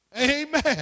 Amen